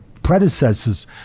predecessors